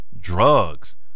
drugs